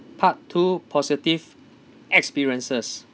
part two positive experiences